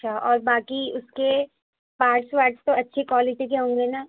اچھا اور باقی اس کے پارٹس وارٹس تو اچھے کوالٹی کے ہوں گے نا